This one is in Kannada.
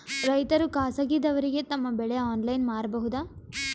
ರೈತರು ಖಾಸಗಿದವರಗೆ ತಮ್ಮ ಬೆಳಿ ಆನ್ಲೈನ್ ಮಾರಬಹುದು?